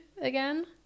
again